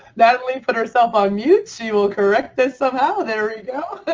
natalie put herself on mute. she will correct this somehow, there we go.